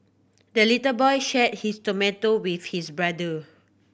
the little boy shared his tomato with his brother